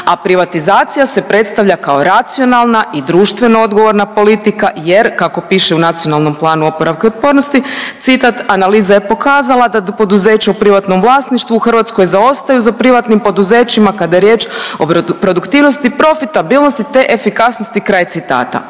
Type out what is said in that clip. a privatizacija se predstavlja kao racionalna i društveno odgovorna politika jer kako piše u Nacionalnom planu oporavka i otpornosti citat analiza je pokazala da poduzeća u privatnom vlasništvu u Hrvatskoj zaostaju za privatnim poduzećima kada je riječ o produktivnosti, profitabilnosti te efikasnosti, kraj citata.